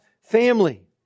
family